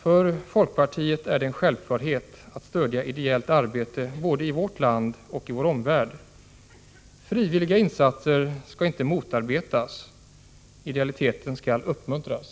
För folkpartiet är det en självklarhet att stödja ideellt arbete både i vårt land och i vår omvärld. Frivilliga insatser skall inte motarbetas. Idealiteten skall i stället uppmuntras.